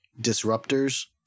disruptors